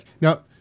Now